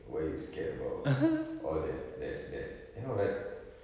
why you scared about all that that that you know like